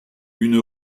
une